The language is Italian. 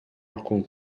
alcun